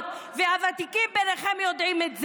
והוותיקים ביניכם יודעים את זה.